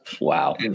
Wow